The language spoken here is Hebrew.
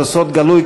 זה סוד גלוי,